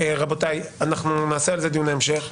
רבותיי, אנחנו נעשה על זה דיוני המשך.